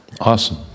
Awesome